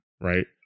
right